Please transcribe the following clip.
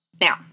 Now